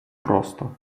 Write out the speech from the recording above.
просто